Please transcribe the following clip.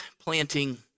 planting